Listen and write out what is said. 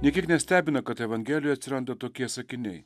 nė kiek nestebina kad evangelijoj atsiranda tokie sakiniai